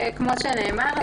כפי שנאמר,